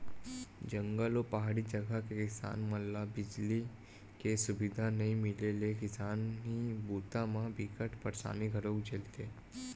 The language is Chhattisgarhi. जंगल अउ पहाड़ी जघा के किसान मन ल बिजली के सुबिधा नइ मिले ले किसानी बूता म बिकट परसानी घलोक झेलथे